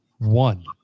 One